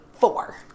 four